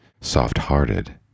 soft-hearted